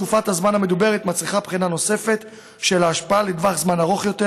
התקופה המדוברת מצריכה בחינה נוספת של ההשפעה לטווח זמן ארוך יותר,